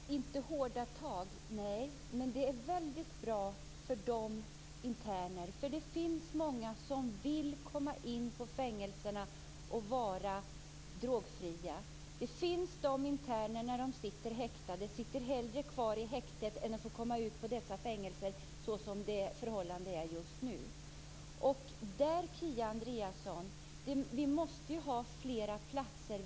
Fru talman! Nej, det skall inte vara hårda tag. Men det är bra för vissa interner. Det finns många som vill komma in på drogfria fängelser. Det finns de interner som hellre sitter kvar på häktet än att komma ut på fängelserna såsom förhållandena är just nu. Vi måste få fler platser, Kia Andreasson.